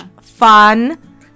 fun